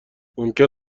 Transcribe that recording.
ممکن